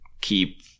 keep